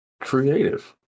creative